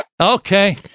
Okay